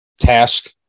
Task